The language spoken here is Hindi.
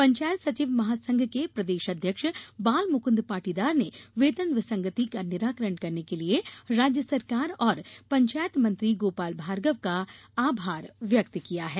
पंचायत सचिव महासंघ के प्रदेश अध्यक्ष बालमुकुंद पाटीदार ने वेतन विसंगति का निराकरण करने के लिए राज्य सरकार और पंचायत मंत्री गोपाल भार्गव का आभार व्यक्त किया है